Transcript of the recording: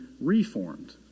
reformed